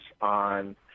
on